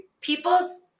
people's